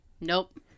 Nope